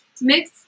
mix